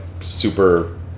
super